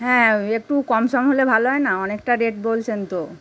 হ্যাঁ একটু কম সম হলে ভালো হয় না অনেকটা রেট বলছেন তো